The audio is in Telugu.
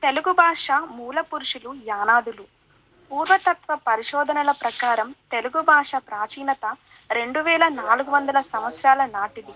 తెలుగు భాష మూల పురుషులు యానాదులు పూర్వతత్వ పరిశోధనల ప్రకారం తెలుగు భాష ప్రాచీనత రెండు వేల నాలుగు వందల సంవత్సరాల నాటిది